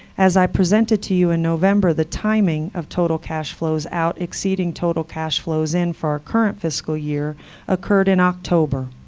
as i presented to you in november, the timing of total cash flows out exceeding total cash flows in for our current fiscal year occurred in october,